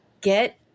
Get